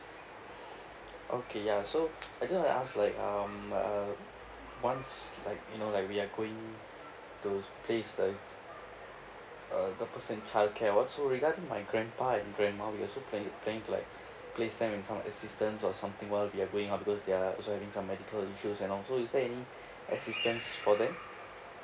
okay ya so I just want to ask like um uh once like you know like we are going to place the uh the percent childcare also regarding my grandpa and grandma we also planni~ planning to like place them in some assistance or something while we are going out because they are also having some medical issues and also is there any assistance for them